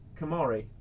Kamari